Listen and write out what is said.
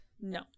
no